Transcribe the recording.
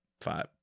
five